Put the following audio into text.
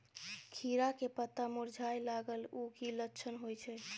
खीरा के पत्ता मुरझाय लागल उ कि लक्षण होय छै?